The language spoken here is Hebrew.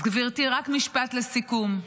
אז גברתי, רק משפט לסיכום.